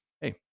hey